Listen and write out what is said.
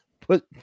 put